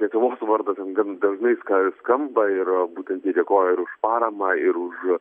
lietuvos vardas ten gan dažnai ska skamba ir būtent jie dėkoja ir už paramą ir už